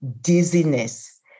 dizziness